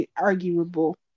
arguable